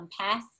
pass